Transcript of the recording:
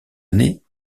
année